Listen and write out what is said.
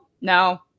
no